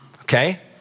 okay